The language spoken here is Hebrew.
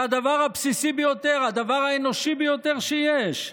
זה הדבר הבסיסי ביותר, הדבר האנושי ביותר שיש.